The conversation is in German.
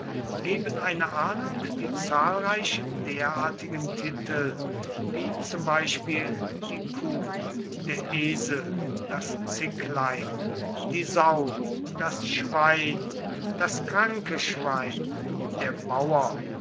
geben eine ahnung die zahlreichen derartigen titel wie zum beispiel die kuh der esel das zicklein die sau das schwein das kranke schwein der bauer